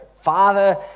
father